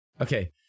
Okay